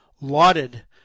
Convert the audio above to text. lauded